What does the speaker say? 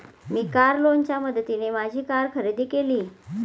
मी car लोनच्या मदतीने माझी कार खरेदी केली